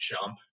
jump